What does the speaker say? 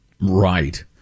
Right